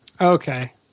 Okay